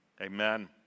amen